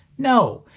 no.